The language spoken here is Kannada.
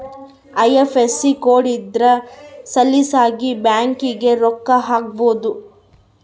ಐ.ಎಫ್.ಎಸ್.ಸಿ ಕೋಡ್ ಇದ್ರ ಸಲೀಸಾಗಿ ಬ್ಯಾಂಕಿಗೆ ರೊಕ್ಕ ಹಾಕ್ಬೊದು